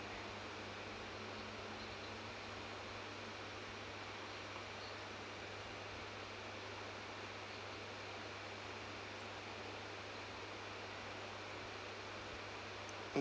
mm